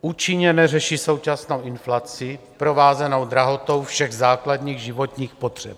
Účinně neřeší současnou inflaci provázenou drahotou všech základních životních potřeb.